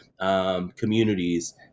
communities